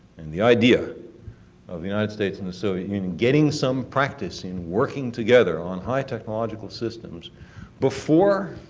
and the idea of the united states and the soviet union getting some practice in working together on high technological systems before